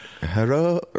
hello